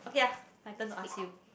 okay lah my turn to ask you